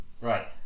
Right